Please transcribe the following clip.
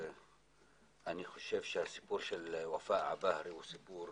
אני חושב שהסיפור של ופאא עבאהרה הוא סיפור